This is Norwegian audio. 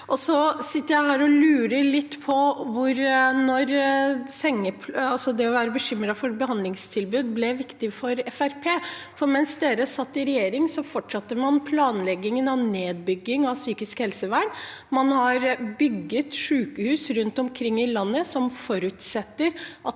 har sittet her og lurt litt på når det å være bekymret for behandlingstilbud ble viktig for Fremskrittspartiet, for mens de satt i regjering, fortsatte man planleggingen av nedbygging av psykisk helsevern. Man har bygget sykehus rundt omkring i landet som forutsetter at